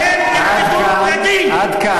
פושעי המלחמה, עד כאן.